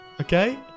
okay